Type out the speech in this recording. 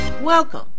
Welcome